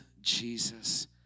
Jesus